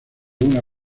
una